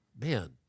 man